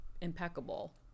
impeccable